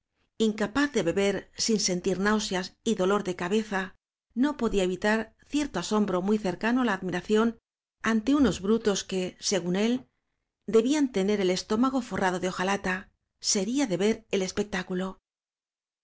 incapaz de beber sin sentir náuseas y dolor de cabeza no podía evitar cierto asom bro muy cercano á la admiración ante unos áñ brutos que según él debían tener el estómago forrado de hojalata sería de ver el